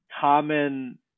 common